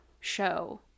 show